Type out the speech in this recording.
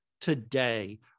today